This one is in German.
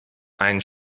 ein